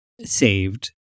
saved